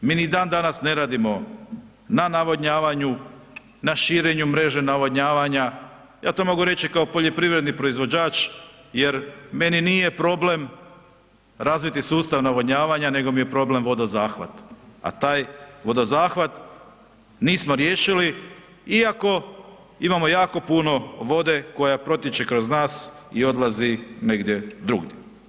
Mi ni dan danas ne radimo na navodnjavanju, na širenju mreže navodnjavanja, ja to mogu reći kao poljoprivredni proizvođač jer meni nije problem razviti sustav navodnjavanja, nego mi je problem vodozahvat, a taj vodozahvat nismo riješili iako imamo jako puno vode koja protječe kroz nas i odlazi negdje drugdje.